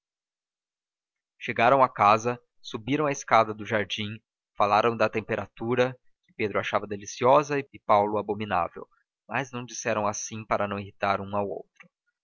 chegaram a casa subiram a escada do jardim falaram da temperatura que pedro achava deliciosa e paulo abominável mas não disseram assim para não irritar um ao outro